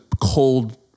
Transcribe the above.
cold